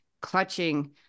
clutching